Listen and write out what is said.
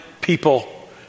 people